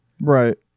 Right